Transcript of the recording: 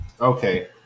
Okay